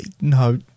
No